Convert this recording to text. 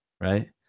right